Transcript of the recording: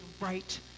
right